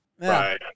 Right